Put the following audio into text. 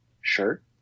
shirt